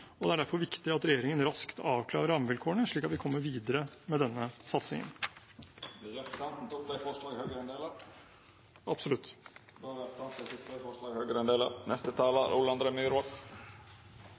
og det er derfor viktig at regjeringen raskt avklarer rammevilkårene, slik at vi kommer videre med denne satsingen. Jeg tar opp de forslagene som Høyre